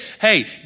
hey